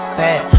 fat